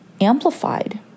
amplified